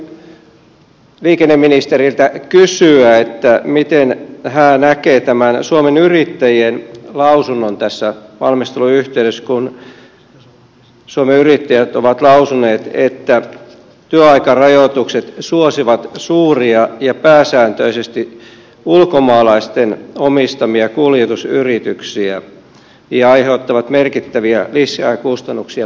oikeastaan haluaisin liikenneministeriltä kysyä miten hän näkee tämän suomen yrittäjien lausunnon tässä valmistelun yhteydessä kun suomen yrittäjät on lausunut että työaikarajoitukset suosivat suuria ja pääsääntöisesti ulkomaalaisten omistamia kuljetusyrityksiä ja aiheuttavat merkittäviä lisäkustannuksia pienille yrityksille